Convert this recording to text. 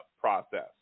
process